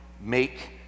make